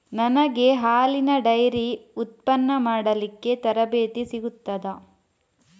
ನನಗೆ ಹಾಲಿನ ಡೈರಿ ಉತ್ಪನ್ನ ಮಾಡಲಿಕ್ಕೆ ತರಬೇತಿ ಸಿಗುತ್ತದಾ?